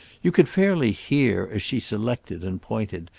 you could fairly hear, as she selected and pointed,